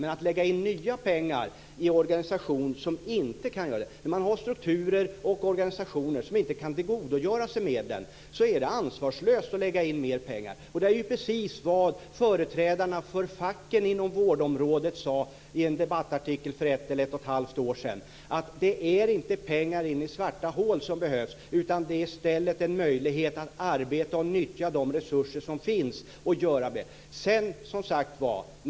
Men att lägga in nya pengar i en verksamhet som har struktur och organisation som inte kan tillgodogöra sig medlen är ansvarslöst. Det är precis vad företrädarna för facken inom vårdområdet sade i en debattartikel för 1-11⁄2 år sedan, att det är inte pengar in i svarta hål som behövs, utan det är i stället en möjlighet att arbeta och nyttja de resurser som finns och göra det bättre.